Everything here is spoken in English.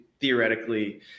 theoretically